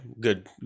Good